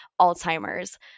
Alzheimer's